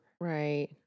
Right